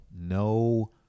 no